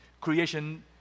Creation